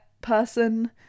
person